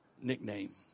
nickname